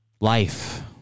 life